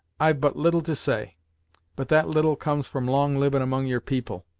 i've but little to say but that little comes from long livin' among your people,